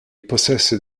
possessed